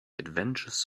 adventures